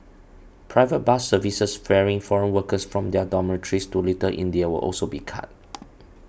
private bus services ferrying foreign workers from their dormitories to Little India will also be cut